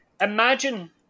imagine